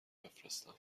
بفرستم